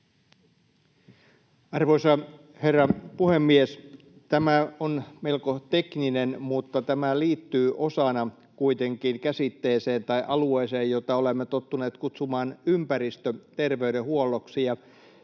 Arvoisa herra puhemies! Tämä on melko tekninen, mutta tämä liittyy kuitenkin osana käsitteeseen tai alueeseen, jota olemme tottuneet kutsumaan ympäristöterveydenhuolloksi.